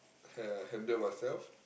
ha~ handle myself